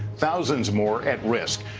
thousands more at risk.